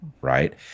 right